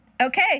Okay